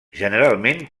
generalment